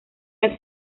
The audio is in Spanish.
las